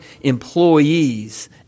employees